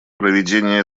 проведение